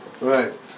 Right